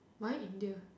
why India